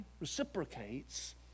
reciprocates